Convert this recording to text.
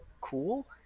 cool